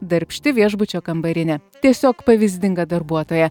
darbšti viešbučio kambarinė tiesiog pavyzdinga darbuotoja